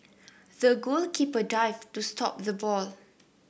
the goalkeeper dived to stop the ball